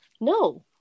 no